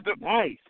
Nice